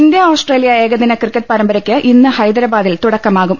India Australia ഏകദിന cricket പരമ്പരക്ക് ഇന്ന് ഹൈദ രാബാദിൽ തുടക്കമാകും